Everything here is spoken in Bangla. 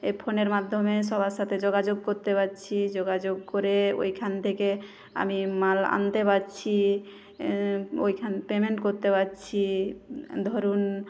এই ফোনের মাধ্যমে সবার সাথে যোগাযোগ করতে পারছি যোগাযোগ করে ওইখান থেকে আমি মাল আনতে পারছি ওইখান পেমেন্ট করতে পারছি ধরুন